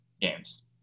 games